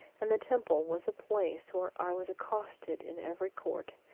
and the temple was a place where i was accosted in every court,